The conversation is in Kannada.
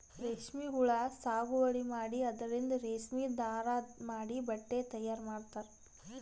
ರೇಶ್ಮಿ ಹುಳಾ ಸಾಗುವಳಿ ಮಾಡಿ ಅದರಿಂದ್ ರೇಶ್ಮಿ ದಾರಾ ಮಾಡಿ ಬಟ್ಟಿ ತಯಾರ್ ಮಾಡ್ತರ್